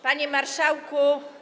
Panie Marszałku!